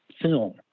film